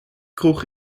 kroeg